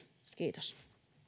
kiitos